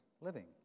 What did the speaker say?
living